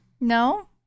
No